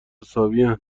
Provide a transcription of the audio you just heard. حسابین